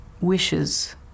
wishes